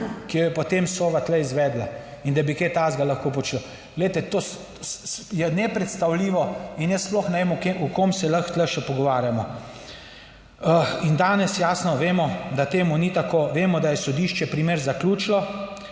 ki jo je potem Sova tu izvedla. In da bi kaj takega lahko počel, glejte, to je nepredstavljivo in jaz sploh ne vem, o kom se lahko tu še pogovarjamo. In danes jasno vemo, da temu ni tako. Vemo, da je sodišče primer zaključilo